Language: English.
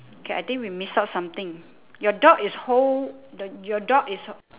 okay I think we miss out something your dog is whole the your dog is